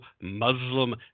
Muslim